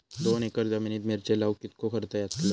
दोन एकर जमिनीत मिरचे लाऊक कितको खर्च यातलो?